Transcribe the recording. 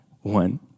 one